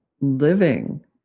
living